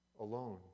alone